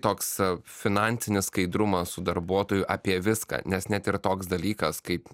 toks finansinis skaidrumas su darbuotoju apie viską nes net ir toks dalykas kaip